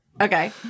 Okay